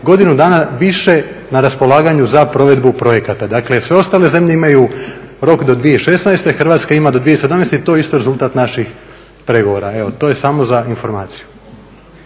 godinu dana više na raspolaganju za provedbu projekata. Dakle, sve ostale zemlje imaju rok do 2016. Hrvatska ima do 2017. i to je isto rezultat naših pregovora. Evo to je samo za informaciju.